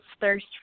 thirst